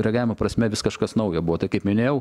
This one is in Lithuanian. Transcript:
reagavimo prasme vis kažkas naujo buvo tai kaip minėjau